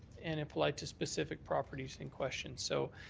and if led to specific properties in question. so